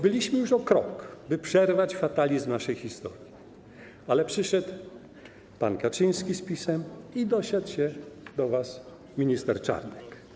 Byliśmy już o krok od tego, by przerwać fatalizm naszej historii, ale przyszedł pan Kaczyński z PiS i dosiadł się do was minister Czarnek.